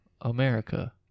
America